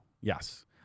Yes